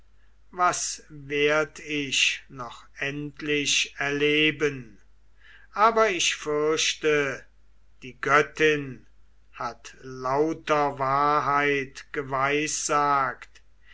was werd ich noch endlich erleben ach ich fürchte die göttin hat lauter wahrheit geweissagt